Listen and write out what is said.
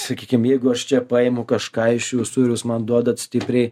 sakykim jeigu aš čia paimu kažką iš jūsų ir jūs man duodat stipriai